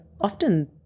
often